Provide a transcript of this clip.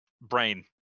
brain